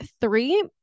three